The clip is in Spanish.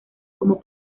como